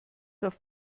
auf